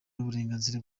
n’uburenganzira